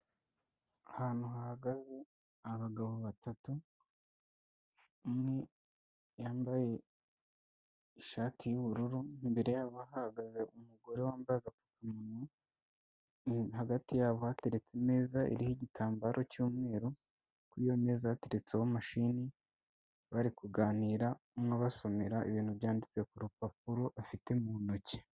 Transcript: Ahantu hahagaze abagabo batatu, umwe yambaye ishati y'ubururu imbere yabo hahagaze umugore wambaye agapfukamunwa hagati yabo hateretse imeza iriho igitambaro cy'umweru. Kuri iyo meza hateretseho mashini bari kuganira umwe abasomera ibintu byanditse kurupapuro afite mu ntoki.